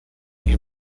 even